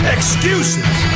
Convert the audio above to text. Excuses